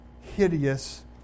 hideous